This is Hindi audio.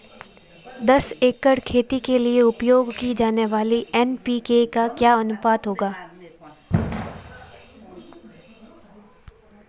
दस एकड़ खेती के लिए उपयोग की जाने वाली एन.पी.के का अनुपात क्या होगा?